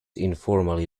informally